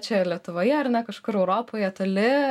čia lietuvoje ar ne kažkur europoje toli